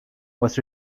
was